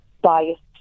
biased